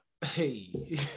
hey